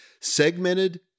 segmented